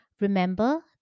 remember